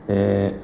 এই